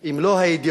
אם לא האידיאולוגי,